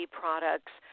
products